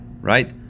right